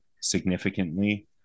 significantly